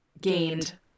gained